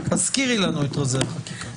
הזכירי לנו את רזי החקיקה.